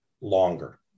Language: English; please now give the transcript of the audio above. longer